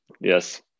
Yes